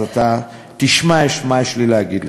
אז אתה תשמע מה שיש לי להגיד לך.